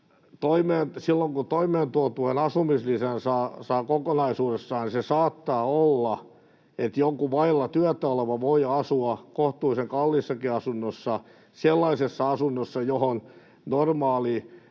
silloin, kun toimeentulotuen asumislisän saa kokonaisuudessaan, saattaa olla, että joku vailla työtä oleva voi asua kohtuullisen kalliissakin asunnossa, sellaisessa asunnossa, johon normaalia